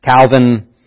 Calvin